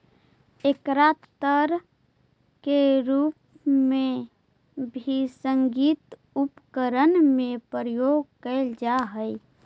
एकरा तार के रूप में भी संगीत उपकरण में प्रयोग कैल जा हई